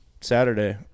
saturday